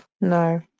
No